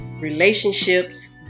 relationships